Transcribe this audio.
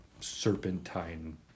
serpentine